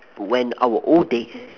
when our old days